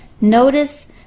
notice